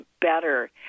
better